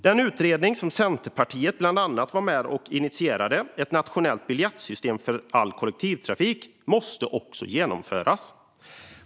Den utredning som Centerpartiet var med och initierade, Ett nationellt biljettsystem för all kollektivtrafik , måste också genomföras.